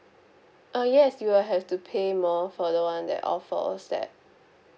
uh yes you will have to pay more for the one that offers that